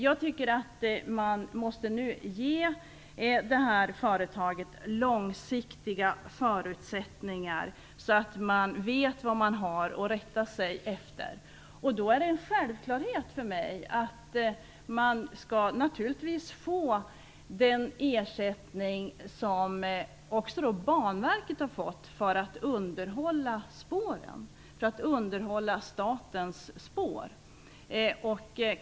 Jag tycker att vi nu måste ge företaget långsiktiga förutsättningar, så att man vet vad man har att rätta sig efter. Det är en självklarhet för mig att företaget skall få den ersättning Banverket har fått för att underhålla statens spår.